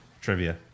trivia